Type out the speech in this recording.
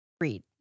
read